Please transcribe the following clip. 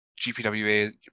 GPWA